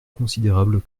considérable